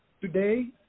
Today